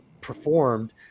performed